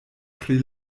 pri